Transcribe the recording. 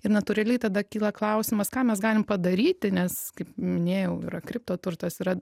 ir natūraliai tada kyla klausimas ką mes galim padaryti nes kaip minėjau yra kriptoturtas yra